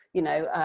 you know,